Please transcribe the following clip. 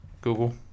Google